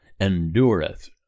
endureth